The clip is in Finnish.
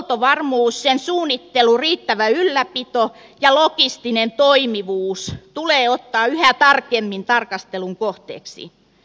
huoltovarmuus sen suunnittelu riittävä ylläpito ja logistinen toimivuus tulee ottaa yhä tarkemmin tarkastelun kohteeksi